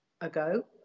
ago